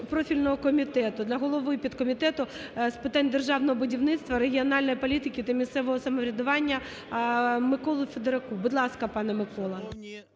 профільного Комітету, для голови підкомітету, з питань державного будівництва, регіональної політики та місцевого самоврядування Миколі Федоруку. Будь ласка, пане Микола.